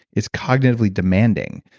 it's cognitively demanding,